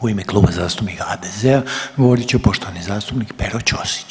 U ime Kluba zastupnika HDZ-a govorit će poštovani zastupnik Pero Ćosić.